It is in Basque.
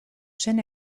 zen